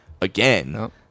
again